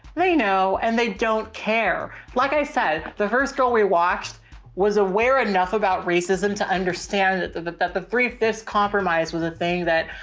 they know and they don't care. like i said, the first girl we watched was aware enough about racism to understand that, that, that, that the three fifths compromise was a thing that,